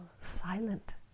silent